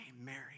Mary